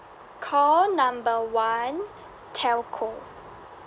call number one telco